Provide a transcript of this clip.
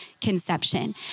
conception